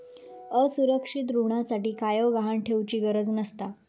असुरक्षित ऋणासाठी कायव गहाण ठेउचि गरज नसता